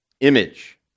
image